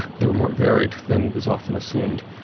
they were more varied than is often assumed.